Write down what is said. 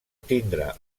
tindre